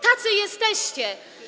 Tacy jesteście.